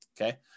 Okay